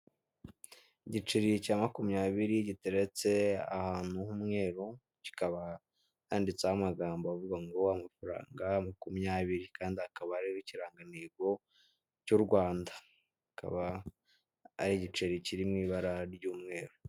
Igiceri cya makumyabiri giteretse ahantu h'umweru kikaba handitseho amagambo avuga ngo wa amafaranga makumyabiri, kandi hakaba hariho ikirangantego cy'u Rwanda, akaba ari igiceri kiri mu ibara ry'umweru.